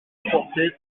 apporté